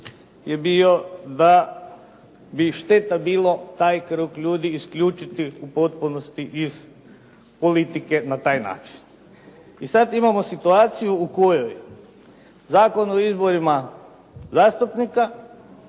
je bio da bi šteta bilo taj krug ljudi isključiti u potpunosti iz politike na taj način. I sad imamo situaciju u kojoj Zakon o izborima zastupnika